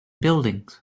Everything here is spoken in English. buildings